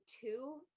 two